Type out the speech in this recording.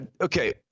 Okay